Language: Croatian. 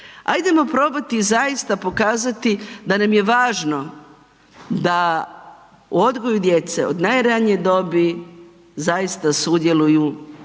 Hajdemo probati zaista pokazati da nam je važno da u odgoju djece od najranije dobi zaista sudjeluju i